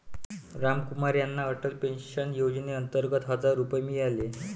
रामकुमार यांना अटल पेन्शन योजनेअंतर्गत हजार रुपये मिळाले